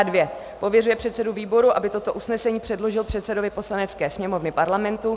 II. pověřuje předsedu výboru, aby toto usnesení předložil předsedovi Poslanecké sněmovny Parlamentu,